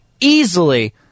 easily